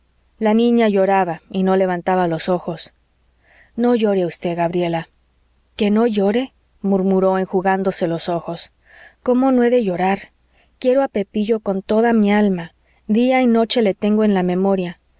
la niña lloraba y no levantaba los ojos no llore usted gabriela que no llore murmuró enjugándose los ojos cómo no he de llorar quiero a pepillo con toda mi alma día y noche le tengo en la memoria